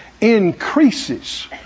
increases